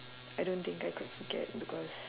I don't think I could forget because